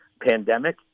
pandemic